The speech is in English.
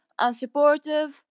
unsupportive